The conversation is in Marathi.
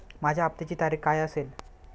माझ्या हप्त्याची तारीख काय असेल?